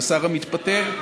השר המתפטר,